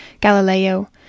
Galileo